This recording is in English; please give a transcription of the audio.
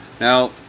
Now